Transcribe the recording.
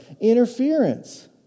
Interference